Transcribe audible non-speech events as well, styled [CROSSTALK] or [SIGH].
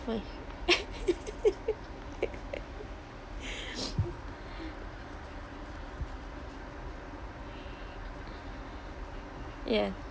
[LAUGHS] ya